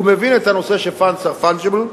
הוא מבין את הנושא של funds are fungible,